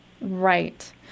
Right